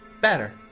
better